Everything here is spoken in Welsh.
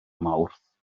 mawrth